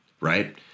right